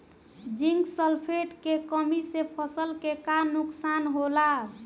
Zinc sulphate के कमी से फसल के का नुकसान होला?